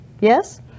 Yes